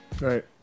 right